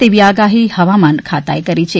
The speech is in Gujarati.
તેવી આગાહી હવામાન ખાતાએ કરી છે